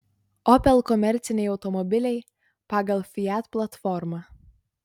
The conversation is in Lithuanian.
opel komerciniai automobiliai pagal fiat platformą